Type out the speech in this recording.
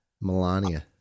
Melania